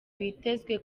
bitezwe